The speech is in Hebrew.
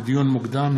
לדיון מוקדם,